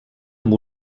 amb